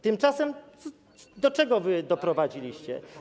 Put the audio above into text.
Tymczasem do czego wy doprowadziliście?